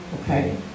okay